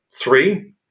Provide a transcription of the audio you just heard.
three